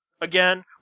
again